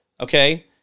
okay